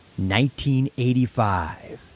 1985